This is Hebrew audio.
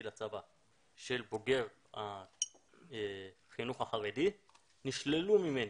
לצבא של בוגר החינוך החרדי נשללו ממני.